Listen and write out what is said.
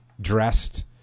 dressed